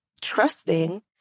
trusting